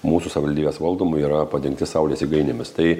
mūsų savivaldybės valdomų yra padengti saulės jėgainėmis tai